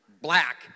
black